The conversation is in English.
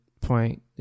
point